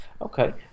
Okay